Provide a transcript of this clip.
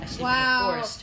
Wow